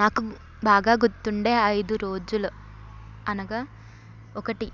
నాకు బాగా గుర్తుండే ఐదు రోజులు అనగా ఒకటి